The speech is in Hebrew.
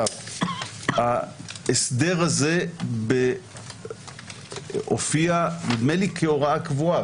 ההסדר הזה הופיע כהוראה קבועה,